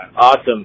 Awesome